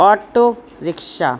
auto rickshaw